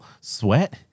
sweat